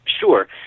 Sure